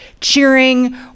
cheering